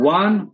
one